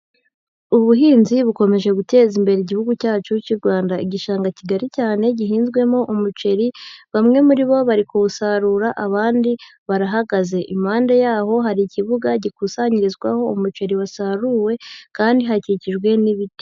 Ubuhinzi bukomeje guteza imbere igihugu cyacu cy'u Rwanda, igishanga kigari cyane gihinzwemo umuceri bamwe muri bo bari kuwusarura abandi barahagaze, impande yaho hari ikibuga gikusanyirizwaho umuceri wasaruwe kandi hakikijwe n'ibiti.